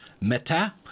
meta